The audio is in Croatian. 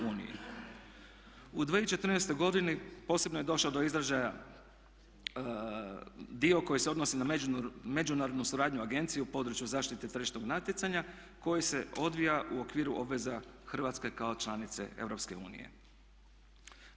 U 2014. godini posebno je došao do izražaja dio koji se odnosi na međunarodnu suradnju agencije u području zaštite tržišnog natjecanja koji se odvija u okviru obveza Hrvatske kao članice Europske unije.